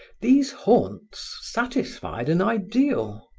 these haunts satisfied an ideal.